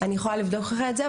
אני יכולה לבדוק לך את זה.